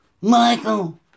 Michael